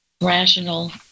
rational